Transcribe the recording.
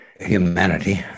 humanity